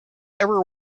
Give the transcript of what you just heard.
ever